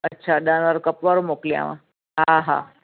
अच्छा ॾह कप वारो मोकलियाव हा हा